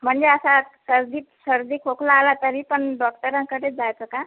म्हणजे असा सर्दी सर्दी खोकला आला तरी पण डॉक्टरांकडेच जायचं का